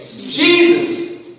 Jesus